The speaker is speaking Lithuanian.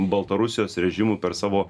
baltarusijos režimu per savo